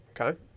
Okay